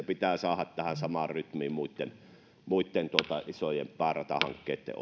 pitää saada tähän samaan rytmiin muitten muitten isojen pääratahankkeitten